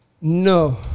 No